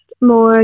more